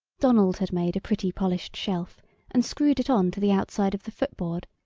donald had made a pretty, polished shelf and screwed it on to the outside of the footboard,